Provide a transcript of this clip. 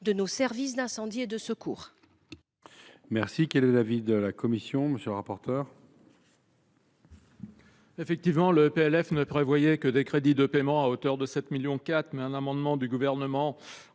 de nos services d’incendie et de secours.